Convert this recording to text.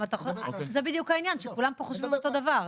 זה בדיוק העניין, שכולם פה חושבים אותו דבר.